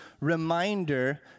reminder